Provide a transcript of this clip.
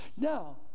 Now